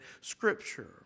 scripture